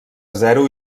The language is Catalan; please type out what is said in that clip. zero